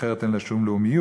אחרת אין לה שום לאומיות.